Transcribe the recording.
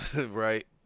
Right